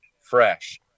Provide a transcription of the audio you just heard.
fresh